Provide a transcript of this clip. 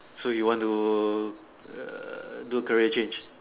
so you want to err do career change